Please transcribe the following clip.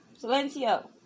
Silencio